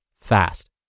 fast